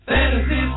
Fantasy